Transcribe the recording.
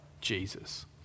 Jesus